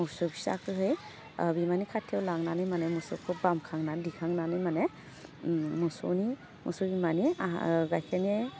मसौ फिसाखोहै ओह बिमानि खाथियाव लांनानै माने मोसौखौ बामखांनानै दिखांनानै माने ओम मोसौनि मोसौ बिमानि आहा ओह गाइखेरनि